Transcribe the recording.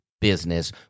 business